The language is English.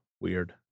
weird